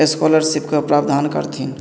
स्कॉलरशिपके प्रावधान करथिन